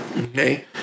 okay